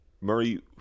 Murray